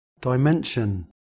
dimension